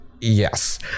Yes